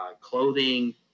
clothing